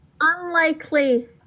unlikely